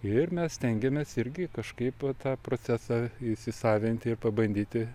ir mes stengiamės irgi kažkaip tą procesą įsisavinti ir pabandyti